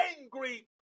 angry